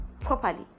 properly